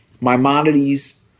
Maimonides